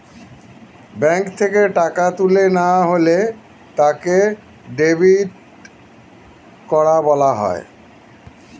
bank থেকে টাকা তুলে নেওয়া হলে তাকে ডেবিট করা বলা হয়